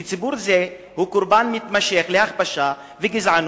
כי ציבור זה הוא קורבן מתמשך להכפשה וגזענות,